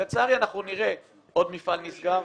לצערי, אנחנו נראה עוד מפעל נסגר,